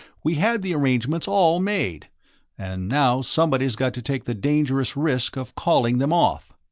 we had the arrangements all made and now somebody's got to take the dangerous risk of calling them off.